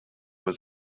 was